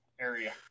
area